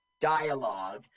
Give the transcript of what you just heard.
dialogue